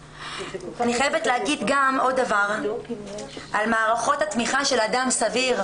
אני חייבת להגיד גם עוד דבר על מערכות התמיכה של אדם סביר.